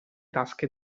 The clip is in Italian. tasche